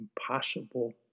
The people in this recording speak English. impossible